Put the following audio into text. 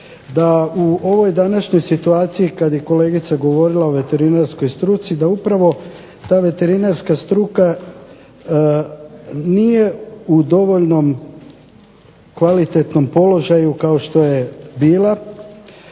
da u ovoj današnjoj situaciji kad je kolegica govorila o veterinarskoj struci da upravo ta veterinarska struka nije u dovoljno kvalitetnom položaju kao što je bila,